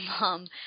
mom